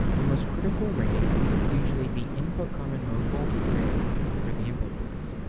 the most critical rating is usually the input common-mode voltage rating for the input pins.